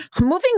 moving